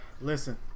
Listen